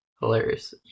hilarious